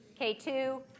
K2